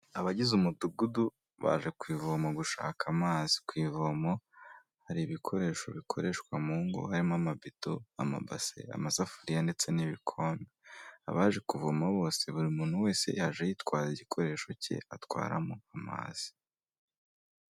Abagize umudugudu baje ku ivomo gushaka amazi, ku ivomo hari ibikoresho bikoreshwa mu ngo harimo amabido, amabase, amasafuriya ndetse n'ibikombe, abaje kuvoma bose buri muntu wese yaje yitwaje igikoresho cye atwaramo amazi.